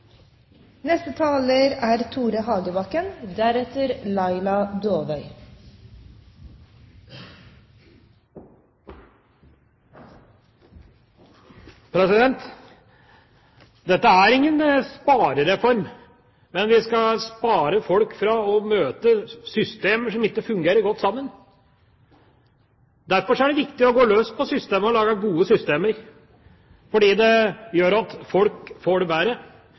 Dette er ingen sparereform. Men vi skal spare folk for å møte systemer som ikke fungerer godt sammen. Derfor er det viktig å gå løs på systemene og lage gode systemer, fordi det gjør at folk får det bedre.